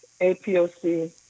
A-P-O-C